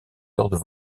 cordes